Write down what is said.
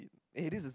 eh this is